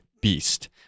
beast